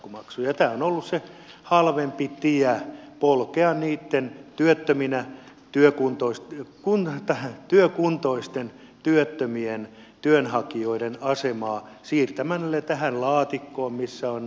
tämä on ollut se halvempi tie polkea niitten työkuntoisten työttömien työnhakijoiden asemaa siirtämällä ne tähän laatikkoon missä ovat nämä kuntoutujat